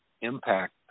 impact